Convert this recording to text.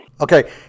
Okay